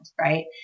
right